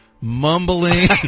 Mumbling